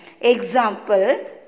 Example